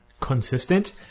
consistent